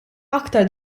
aktar